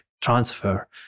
transfer